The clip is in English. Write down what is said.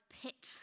pit